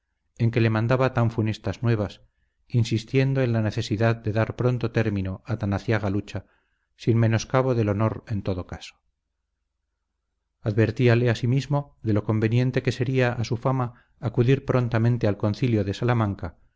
en que le mandaba tan funestas nuevas insistiendo en la necesidad de dar pronto término a tan aciaga lucha sin menoscabo del honor en todo caso advertíale asimismo de lo conveniente que sería a su fama acudir prontamente al concilio de salamanca